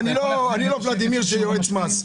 לא ולדימיר שהוא יועץ מס.